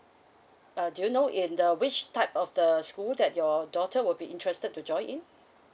uh do you know in the which type of the school that your daughter will be interested to join in